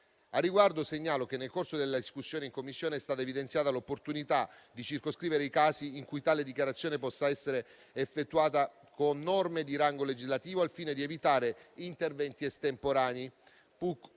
Al riguardo segnalo che, nel corso della discussione in Commissione, è stata evidenziata l'opportunità di circoscrivere i casi in cui tale dichiarazione possa essere effettuata con norme di rango legislativo, al fine di evitare interventi estemporanei.